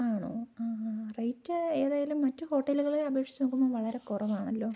ആണോ ആ ആ റേറ്റ് ഏതായാലും മറ്റ് ഹോട്ടലുകളെ അപേക്ഷിച്ച് നോക്കുമ്പോൾ വളരെ കുറവാണല്ലോ